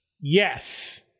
Yes